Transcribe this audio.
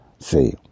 see